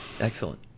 Excellent